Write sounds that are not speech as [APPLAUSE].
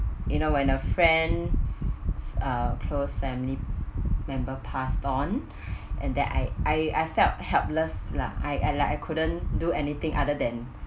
you know when a friend [BREATH] uh close family member passed on [BREATH] and then I I I felt helpless lah I I like I couldn't do anything other than